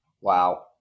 Wow